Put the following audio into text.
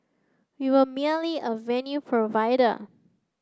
we were merely a venue provider